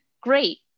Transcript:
great